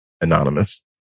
anonymous